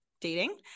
dating